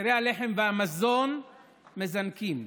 מחירי הלחם והמזון מזנקים,